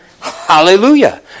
Hallelujah